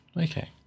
Okay